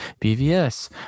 BVS